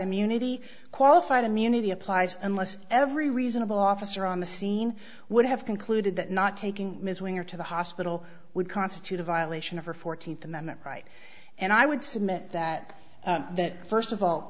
immunity qualified immunity applies unless every reasonable officer on the scene would have concluded that not taking ms winger to the hospital would constitute a violation of her fourteenth amendment right and i would submit that that first of all